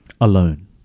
Alone